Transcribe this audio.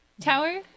Tower